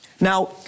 Now